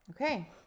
Okay